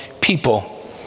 people